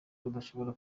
badashobora